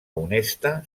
honesta